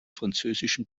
französischen